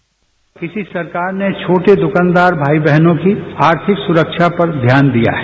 bite किसी सरकार ने छोटे दुकानदार भाई बहनों की आर्थिक सुरक्षा पर ध्यान दिया है